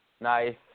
Nice